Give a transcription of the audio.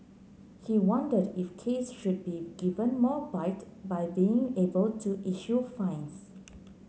he wondered if case should be given more bite by being able to issue fines